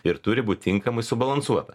ir turi būt tinkamai subalansuota